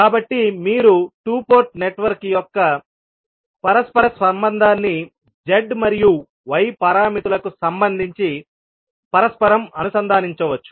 కాబట్టి మీరు 2 port network యొక్క పరస్పర సంబంధాన్ని z మరియు y పారామితులకు సంబంధించి పరస్పరం అనుసంధానించవచ్చు